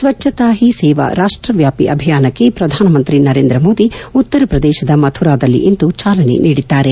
ಸ್ಲಚ್ಲತಾ ಹಿ ಸೇವಾ ರಾಷ್ಟವ್ಯಾಪಿ ಅಭಿಯಾನಕ್ಕೆ ಪ್ರಧಾನಮಂತ್ರಿ ನರೇಂದ್ರ ಮೋದಿ ಉತ್ತರಪ್ರದೇಶದ ಮಥುರಾದಲ್ಲಿ ಇಂದು ಚಾಲನೆ ನೀಡಿದ್ದಾರೆ